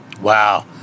Wow